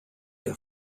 der